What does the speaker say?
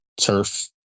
turf